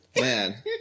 Man